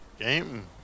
Game